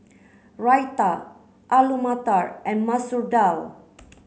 Raita Alu Matar and Masoor Dal